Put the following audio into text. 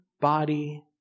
body